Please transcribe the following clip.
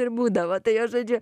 ir būdavo tai aš žodžiu